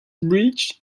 breach